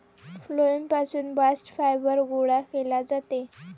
phloem पासून bast fibre गोळा केले जाते